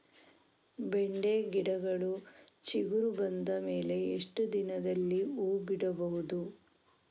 ಬೆಂಡೆ ಗಿಡಗಳು ಚಿಗುರು ಬಂದ ಮೇಲೆ ಎಷ್ಟು ದಿನದಲ್ಲಿ ಹೂ ಬಿಡಬಹುದು?